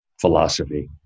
philosophy